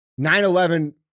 9-11